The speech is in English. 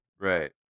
Right